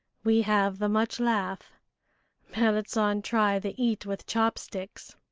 we have the much laugh merrit san try the eat with chop-sticks.